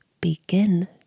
begin